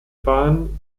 bahn